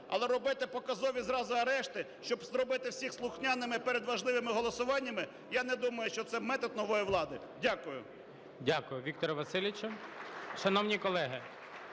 Але робити показові зразу арешти, щоб зробити всіх слухняними перед важливими голосуваннями, я не думаю, що це метод нової влади. Дякую. ГОЛОВУЮЧИЙ. Дякую, Вікторе Васильовичу. Шановні колеги,